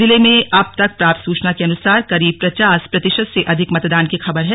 जिले में अब तक प्राप्त सूचना के अनुसार करीब पचास प्रतिशत से अधिक मतदान की खबर है